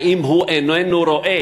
האם הוא איננו רואה